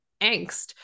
angst